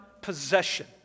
possession